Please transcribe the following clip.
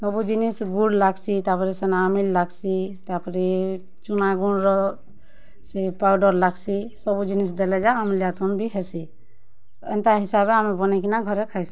ସବୁ ଜିନିଷ୍ ଗୁଡ଼୍ ଲାଗ୍ସି ତା'ପ୍ରେ ସେନେ ଆମ୍ବିଲ୍ ଲାଗ୍ସି ତା'ପ୍ରେ ଚୁନା ଗୁଣ୍ଡ୍ ର ସେ ପାଉଡ଼ର୍ ଲାଗ୍ସି ସବୁ ଜିନିଷ୍ ଦେଲେ ଯାଇ ଆମ୍ୱିଳିଆ ତୁନ୍ ବି ହେସି ଏନ୍ତା ହିସାବେ ଆମେ ବନେଇ କିନା ଘରେ ଖାଏସୁଁ